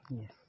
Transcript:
Yes